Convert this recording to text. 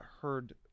heard